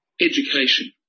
Education